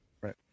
Right